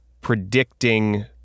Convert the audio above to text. predicting